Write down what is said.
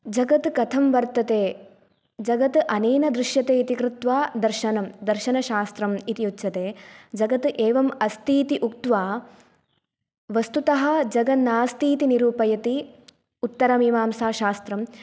जगत् कथं वर्तते जगत् अनेन दृश्यते इति कृत्वा दर्शनं दर्शनशास्त्रम् इति उच्यते जगत् एवम् अस्ति इति उक्तवा वस्तुतः जगन्नास्ति इति निरूपयति उत्तरमीमांसाशास्त्रं